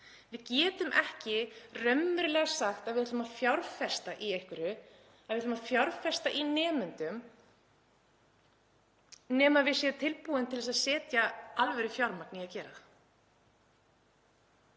Við getum ekki raunverulega sagt að við ætlum að fjárfesta í einhverju, við ætlum að fjárfesta í nemendum, nema við séum tilbúin til þess að setja fjármagn í að gera